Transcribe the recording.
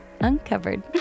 uncovered